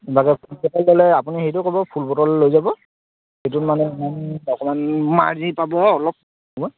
বাকী full bottle ল'লে আপুনি সেইটো ক'ব ফুল বটল লৈ যাব সেইটো মানে অকমান মাৰ্জিন পাব অলপ অকমান